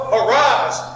arise